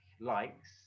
likes